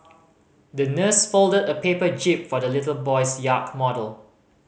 the nurse folded a paper jib for the little boy's yacht model